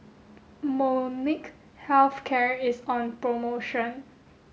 Molnylcke health care is on promotion